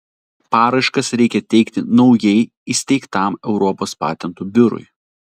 paraiškas reikia teikti naujai įsteigtam europos patentų biurui